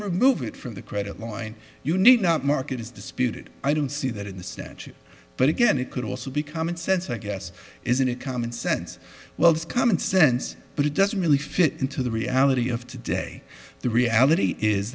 remove it from the credit line you need not market is disputed i don't see that in the statute but again it could also be common sense i guess is in a common sense well it's common sense but it doesn't really fit into the reality of today the reality is